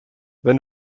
wenn